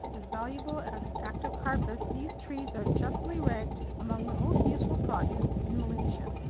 as valuable as the artocarpus, these trees are justly ranked among the most useful produce in malaysia.